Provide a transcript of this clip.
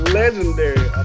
legendary